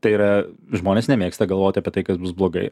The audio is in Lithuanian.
tai yra žmonės nemėgsta galvot apie tai kas bus blogai